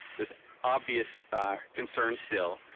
there is obvious concern, still,